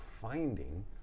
finding